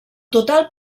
total